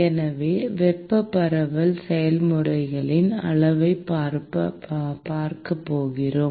எனவே வெப்ப பரவல் செயல்முறையின் அளவைப் பார்க்கப் போகிறோம்